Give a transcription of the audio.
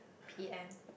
P_M